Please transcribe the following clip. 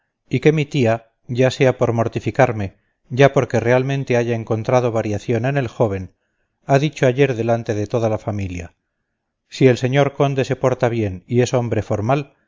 y que mi tía ya sea por mortificarme ya porque realmente haya encontrado variación en el joven ha dicho ayer delante de toda la familia si el señor conde se porta bien y es hombre formal